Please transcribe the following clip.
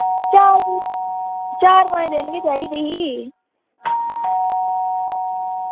चार चार पंज दिन गै चाहिदी ही